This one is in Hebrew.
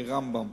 רמב"ם